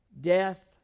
death